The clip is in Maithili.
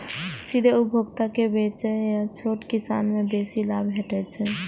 सीधे उपभोक्ता के बेचय सं छोट किसान कें बेसी लाभ भेटै छै